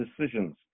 decisions